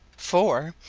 for,